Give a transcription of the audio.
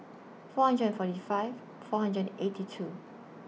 four hundred and forty five four hundred and eighty two